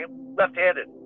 left-handed